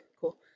cool